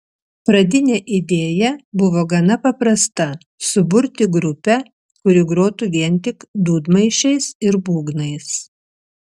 pradinė idėja buvo gana paprasta suburti grupę kuri grotų vien tik dūdmaišiais ir būgnais